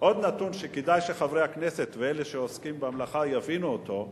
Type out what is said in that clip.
עוד נתון שכדאי שחברי הכנסת ואלה שעוסקים במלאכה יבינו אותו,